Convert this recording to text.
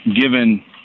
given